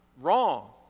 wrong